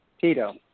Tito